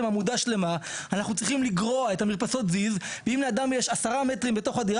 המהות היא שיש הסכמה,